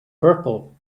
purple